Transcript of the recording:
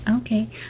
Okay